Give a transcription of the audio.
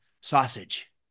Sausage